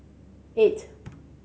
eight